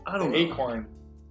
acorn